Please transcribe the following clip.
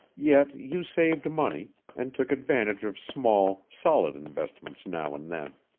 yet you saved money, and took advantage of small, solid investments now and then.